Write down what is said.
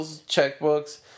checkbooks